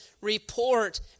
report